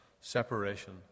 separation